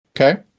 Okay